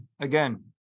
again